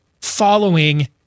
following